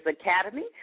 Academy